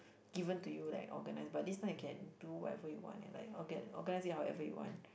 given to you like organise but this time you can do whatever you want and like all get organise it however you want